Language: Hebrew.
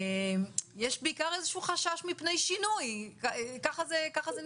יש בעיקר איזשהו חשש מפני שינוי, ככה זה נשמע.